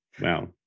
Wow